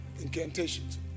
incantations